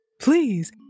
please